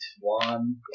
one